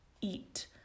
eat